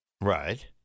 Right